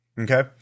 Okay